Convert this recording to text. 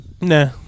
Nah